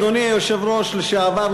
אדוני היושב-ראש לשעבר,